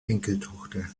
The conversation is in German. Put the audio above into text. enkeltochter